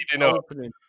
opening